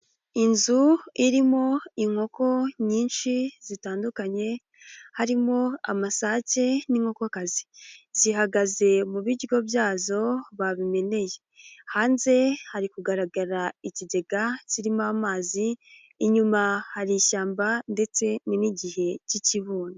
inzu irimo inkoko nyinshi zitandukanye, harimo amasake n'inkokoko, zihagaze mu biryo byazo babimeneye, hanze hari kugaragara ikigega kirimo amazi, inyuma hari ishyamba ndetse n'igihe cy'ikibunda.